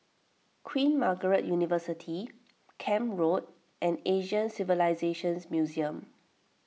Queen Margaret University Camp Road and Asian Civilisations Museum